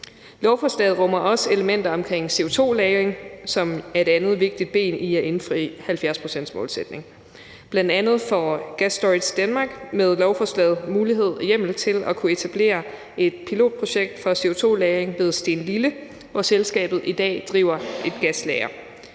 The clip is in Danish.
Lovforslaget rummer også elementer vedrørende CO2-lagring, som er et andet vigtigt ben i forhold til at indfri 70-procentsmålsætningen. Bl.a. får Gas Storage Denmark med lovforslaget mulighed for og hjemmel til at etablere et pilotprojekt om CO2-lagring ved Stenlille, hvor selskabet i dag driver et gaslager.